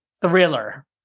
thriller